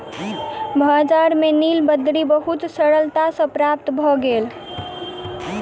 बजार में नीलबदरी बहुत सरलता सॅ प्राप्त भ गेल